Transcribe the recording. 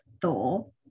Thor